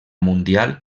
mundial